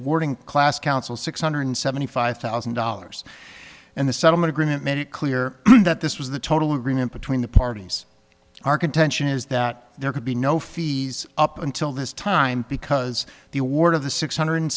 awarding class council six hundred seventy five thousand dollars and the settlement agreement made it clear that this was the total agreement between the parties our contention is that there could be no fees up until this time because the award of the six hundred